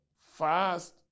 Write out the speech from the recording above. fast